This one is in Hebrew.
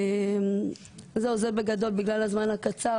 זה בגדול בגלל הזמן הקצר.